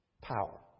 power